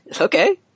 Okay